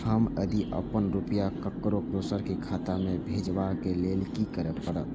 हम यदि अपन रुपया ककरो दोसर के खाता में भेजबाक लेल कि करै परत?